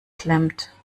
klemmt